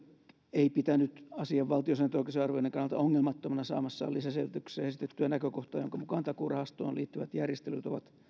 ei pitänyt asian valtiosääntöoikeudellisen arvioinnin kannalta ongelmattomana saamassaan lisäselvityksessä esitettyä näkökohtaa jonka mukaan takuurahastoon liittyvät järjestelyt ovat